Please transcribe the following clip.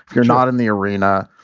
you're not in the arena.